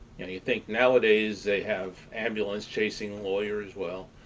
and you think nowadays they have ambulance-chasing lawyers. well,